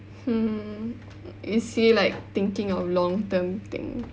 hmm hmm is he like thinking of long term thing